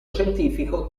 scientifico